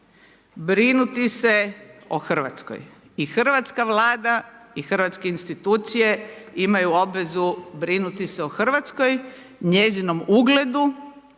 brinuti se o Hrvatskoj i hrvatska Vlada i hrvatske institucije imaju obveze brinuti se o Hrvatskoj, njezinom ugledu